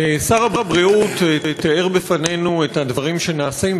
שר הבריאות תיאר בפנינו את הדברים שנעשים,